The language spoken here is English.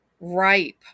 ripe